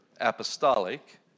apostolic